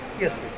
Yes